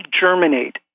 germinate